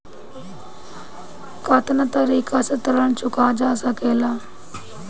कातना तरीके से ऋण चुका जा सेकला?